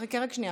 חכה רק שנייה,